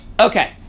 Okay